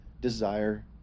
desire